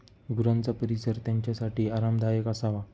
गुरांचा परिसर त्यांच्यासाठी आरामदायक असावा